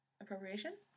Appropriation